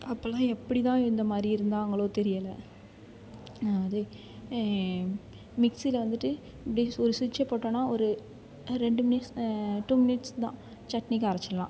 அப்போலாம் எப்படிதான் இந்தமாதிரி இருந்தாங்களோ தெரியலை அதே மிக்சியில் வந்துட்டு அப்படியே ஒரு ஸ்விட்ச்சை போட்டோம்னா ஒரு ரெண்டு மினிட்ஸ் டூ மினிட்ஸ் தான் சட்னிக்கு அரச்சிடலாம்